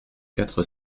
quatre